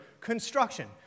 construction